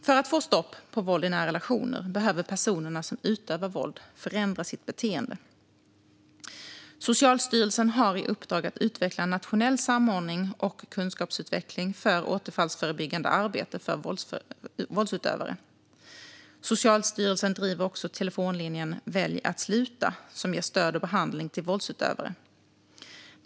För att vi ska få stopp på våld i nära relationer behöver personerna som utövar våld förändra sitt beteende. Socialstyrelsen har i uppdrag att utveckla en nationell samordning och kunskapsutveckling för återfallsförebyggande arbete för våldsutövare. Socialstyrelsen driver också telefonlinjen Välj att sluta, som ger stöd och behandling till våldsutövare.